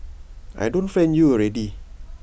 I don't friend you already